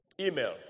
Email